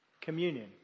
Communion